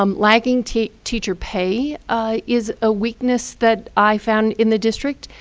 um lagging teacher teacher pay is a weakness that i found in the district,